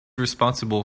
responsible